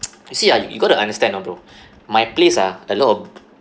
you see ah you gotta understand ah bro my place ah a lot of